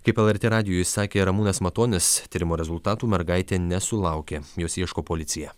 kaip lrt radijui sakė ramūnas matonis tyrimo rezultatų mergaitė nesulaukė jos ieško policija